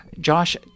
Josh